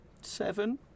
seven